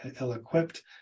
ill-equipped